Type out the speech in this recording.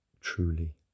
truly